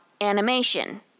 animation